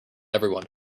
everyone